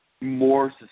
more